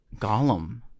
golem